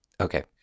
okay